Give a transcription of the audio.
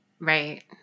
right